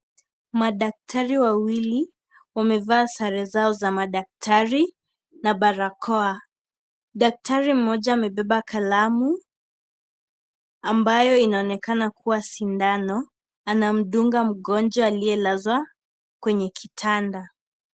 Madaktari wawili wamevaa zare zao za madaktari na barakoa, daktari moja amebeba kalamu ambayo inaonekana kuwa sindano, anamdunga mgonjwa aliyelazwa kwenye kitanda.